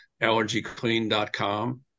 allergyclean.com